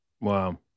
Wow